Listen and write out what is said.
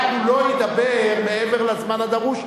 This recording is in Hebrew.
רק הוא לא ידבר מעבר לזמן הדרוש,